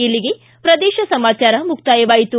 ಇಲ್ಲಿಗೆ ಪ್ರದೇಶ ಸಮಾಚಾರ ಮುಕ್ತಾಯವಾಯಿತು